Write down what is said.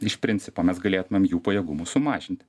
iš principo mes galėtumėm jų pajėgumus sumažinti